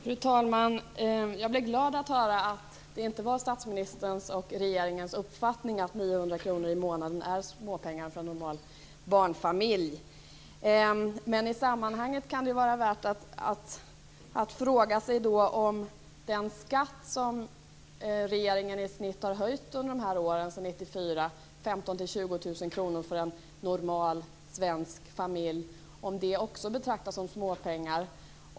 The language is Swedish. Fru talman! Jag blev glad att höra att det inte var statsministerns och regeringens uppfattning att 900 kr i månaden är småpengar för en normal barnfamilj. I sammanhanget kan det även vara värt att fråga sig om den skatt som regeringen under de här åren sedan 1994 har höjt med i snitt 15 000-20 000 kr för en normal svensk familj också betraktas som småpengar.